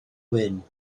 gwyn